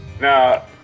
Now